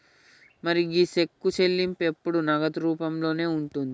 మరి గీ సెక్కు చెల్లింపు ఎప్పుడు నగదు రూపంలోనే ఉంటుంది